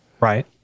Right